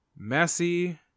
Messi